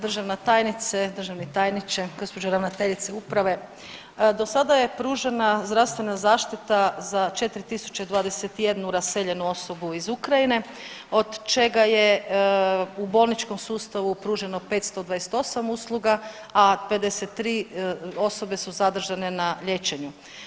Državna tajnice, državni tajniče, gospođo ravnateljice usprave, do sada je pružena zdravstvena zaštita za 4.021 raseljenu osobu iz Ukrajine od čega je u bolničkom sustavu pruženo 528 usluga, a 53 osobe su zadržane na liječenju.